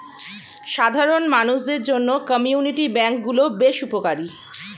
সাধারণ মানুষদের জন্য কমিউনিটি ব্যাঙ্ক গুলো বেশ উপকারী